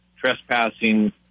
trespassing